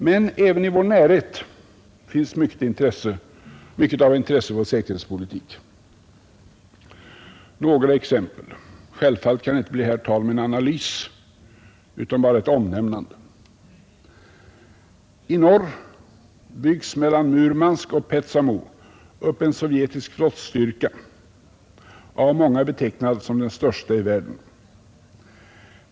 Men även i vår närhet finns mycket av intresse i vår säkerhetspolitik. Jag vill nämna några exempel — självfallet kan det här inte bli tal om någon analys, utan bara ett omnämnande. I norr byggs mellan Murmansk och Petsamo upp en sovjetisk flottbas, av många betecknad som den största i världen.